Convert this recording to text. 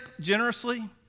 generously